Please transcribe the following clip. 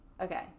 Okay